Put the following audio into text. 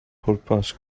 pwrpas